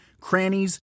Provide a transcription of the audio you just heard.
crannies